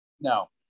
No